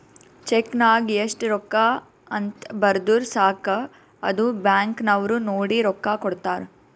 check ನಾಗ್ ಎಸ್ಟ್ ರೊಕ್ಕಾ ಅಂತ್ ಬರ್ದುರ್ ಸಾಕ ಅದು ಬ್ಯಾಂಕ್ ನವ್ರು ನೋಡಿ ರೊಕ್ಕಾ ಕೊಡ್ತಾರ್